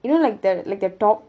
you know like the like the top